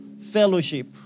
fellowship